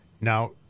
now